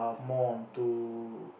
more onto